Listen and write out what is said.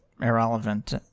irrelevant